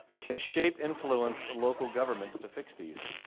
can shape influence local governments to fix these